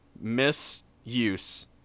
misuse